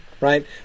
right